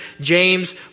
James